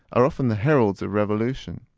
are often the heralds of revolution.